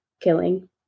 killing